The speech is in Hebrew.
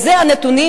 אלה הנתונים,